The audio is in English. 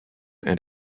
and